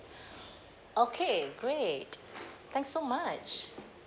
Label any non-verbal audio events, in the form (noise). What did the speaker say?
(breath) okay great thanks so much